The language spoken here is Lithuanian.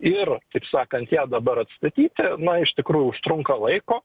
ir taip sakant ją dabar atstatyti na iš tikrųjų užtrunka laiko